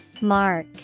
Mark